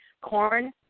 corn